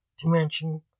dimension